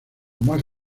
más